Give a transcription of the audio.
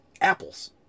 apples